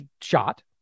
shot